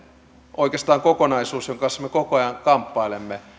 oikeastaan kokonaisuus jonka kanssa me koko ajan kamppailemme